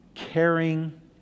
Caring